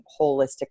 holistic